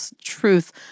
truth